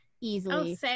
easily